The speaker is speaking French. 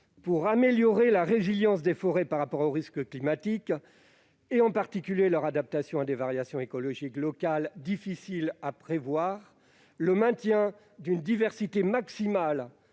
pour améliorer la résilience des forêts au risque climatique et leur adaptation à des variations écologiques locales difficilement prévisibles, le maintien d'une diversité maximale